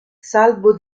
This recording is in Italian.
salvo